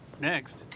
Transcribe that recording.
Next